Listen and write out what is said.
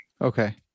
Okay